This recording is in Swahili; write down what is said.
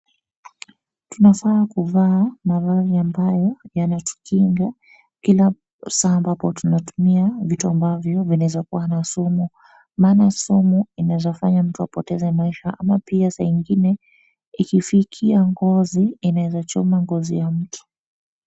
Tunafaa kuvaa mavazi ambayo yanatukinga kila saa ambapo tunatumia vitu ambazo zinaweza kuwa na sumu maana sumu inawezafanya mtu apoteze maisha ama pia saa ingine ikifikia ngozi inaeza choma ngozi ya mtu.